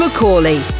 McCauley